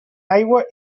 aigua